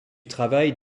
travail